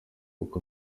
uko